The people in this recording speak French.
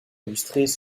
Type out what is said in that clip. illustrés